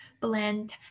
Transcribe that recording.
blend